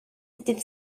dydd